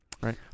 right